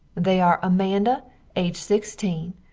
they are amanda aged sixteen,